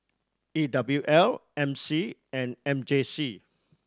E W L M C and M J C